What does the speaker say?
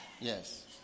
yes